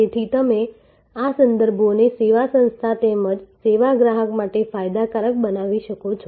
તેથી તમે આ સંદર્ભોને સેવા સંસ્થા તેમજ સેવા ગ્રાહક માટે ફાયદાકારક બનાવી શકો છો